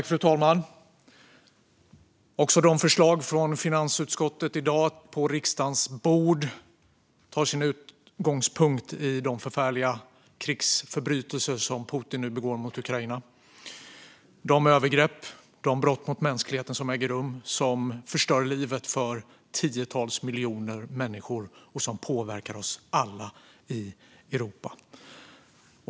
Fru talman! Också de förslag från finansutskottet som i dag ligger på riksdagens bord tar sin utgångspunkt i de förfärliga krigsförbrytelser som Putin nu begår mot Ukraina - de övergrepp och de brott mot mänskligheten som äger rum, som förstör livet för tiotals miljoner människor och som påverkar oss alla i Europa.